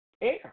air